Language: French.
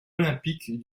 olympique